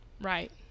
Right